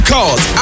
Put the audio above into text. Cause